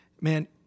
man